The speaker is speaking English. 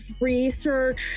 research